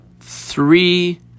three